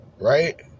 right